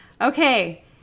Okay